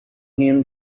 him